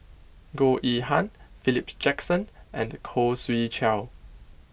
Goh Yihan Philip Jackson and Khoo Swee Chiow